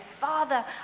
Father